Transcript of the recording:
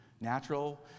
natural